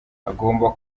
agomba